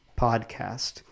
podcast